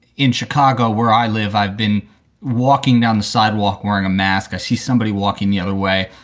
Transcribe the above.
in chicago where i live, i've been walking down the sidewalk wearing a mask. i see somebody walking the other way.